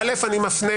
אדוני יכול להגיד כמה?